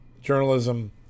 journalism